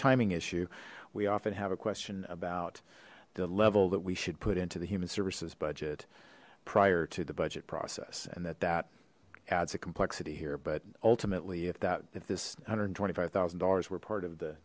timing issue we often have a question about the level that we should put into the human services budget prior to the budget process and that that adds a complexity here but ultimately if that if this one hundred and twenty five thousand dollars were part of the